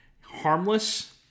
Harmless